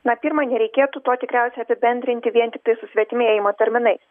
na pirma nereikėtų to tikriausiai apibendrinti vien tiktai susvetimėjimo terminais